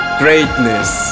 greatness